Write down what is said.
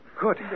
Good